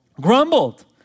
Grumbled